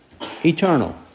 eternal